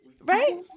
Right